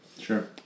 Sure